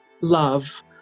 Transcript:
love